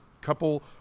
couple